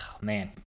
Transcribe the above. man